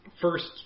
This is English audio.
first